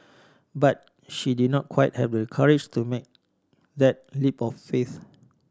but she did not quite have the courage to make that leap of faith